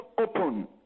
open